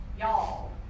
y'all